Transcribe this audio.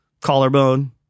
collarbone